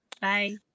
bye